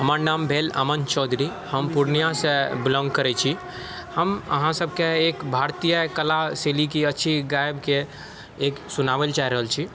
हमर नाम भेल अमन चौधरी हम पूर्णियासँ बिलोङ्ग करैत छी हम अहाँ सबके एक भारतीय कला शैली की अछि गाबिके एक सुनाबय लऽ चाहि रहल छी